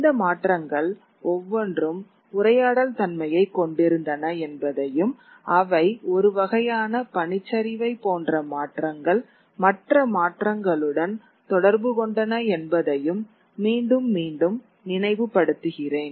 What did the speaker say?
இந்த மாற்றங்கள் ஒவ்வொன்றும் உரையாடல் தன்மையைக் கொண்டிருந்தன என்பதையும் அவை ஒரு வகையான பனிச்சரிவை போன்ற மாற்றங்கள் மற்ற மாற்றங்களுடன் தொடர்பு கொண்டன என்பதையும் மீண்டும் மீண்டும் நினைவு படுத்துகிறேன்